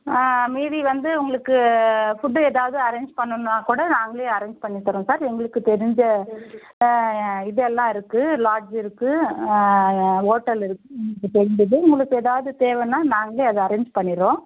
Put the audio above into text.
மீதி வந்து உங்களுக்கு ஃபுட்டு ஏதாவது அரேஞ்ச் பண்ணணும்னாக்கூட நாங்களே அரேஞ்ச் பண்ணித்தர்றோம் சார் எங்களுக்கு தெரிஞ்ச இது எல்லாம் இருக்குது லாட்ஜ் இருக்குது ஓட்டல் இருக்குது இப்போ இந்த இது உங்களுக்கு ஏதாவது தேவைன்னா நாங்களே அதை அரேஞ்ச் பண்ணிடுறோம்